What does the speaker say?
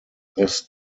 this